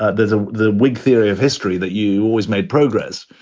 ah there's ah the whig theory of history that you always made progress.